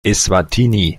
eswatini